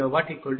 40 MW0